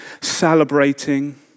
celebrating